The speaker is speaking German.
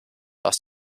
aus